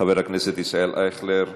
חבר הכנסת ישראל אייכלר,